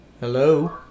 Hello